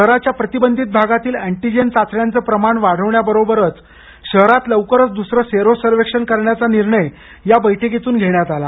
शहराच्या प्रतिबंधित भागातील अँटीजेन चाचण्यांच प्रमाण वाढवण्याबरोबरच शहरात लवकरच द्सरं सेरो सर्वेक्षण करण्याचा निर्णय या बैठकीतून घेण्यात आला